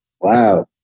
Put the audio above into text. Wow